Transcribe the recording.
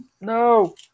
No